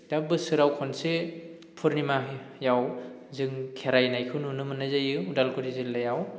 दा बोसोराव खनसे फुर्निमायाव जों खेराइनायखौ नुनो मोननाय जायो उदालगुरि जिल्लायाव